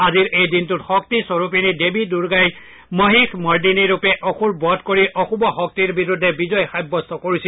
আজিৰ এই দিনটোত শক্তি স্বৰূপিনী দেৱী দুৰ্গহি মহীষ মৰ্দিনীৰূপে অসুৰ বধ কৰি অশুভ শক্তিৰ বিৰুদ্ধে বিজয় সাব্যস্ত কৰিছিল